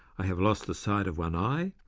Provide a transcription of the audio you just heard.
i have lost the sight of one eye,